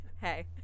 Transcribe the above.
Hey